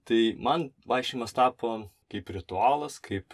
tai man vaikščiojimas tapo kaip ritualas kaip